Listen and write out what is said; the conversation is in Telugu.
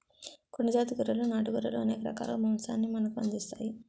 కొండ జాతి గొర్రెలు నాటు గొర్రెలు అనేక రకాలుగా మాంసాన్ని మనకు అందిస్తాయి